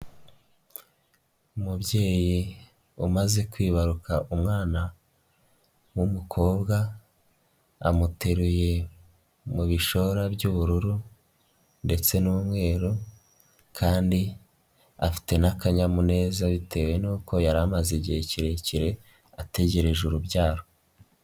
Umubyeyi umaze kwibaruka umwana w'umukobwa, amuteruye mu bishora by'ubururu ndetse n'umweru kandi afite n'akanyamuneza bitewe n'uko yari amaze igihe kirekire ategereje urubyaro.